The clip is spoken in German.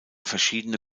verschiedene